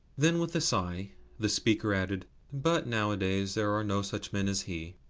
then with a sigh the speaker added but nowadays there are no such men as he.